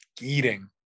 eating